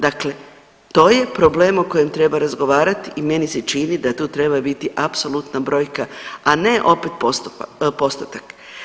Dakle, to je problem o kojem treba razgovarati i meni se čini da tu treba biti apsolutna brojka, a ne opet postotak.